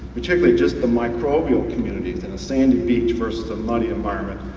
particularly just the microbial community within a sandy beach versus a muddy environment,